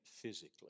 physically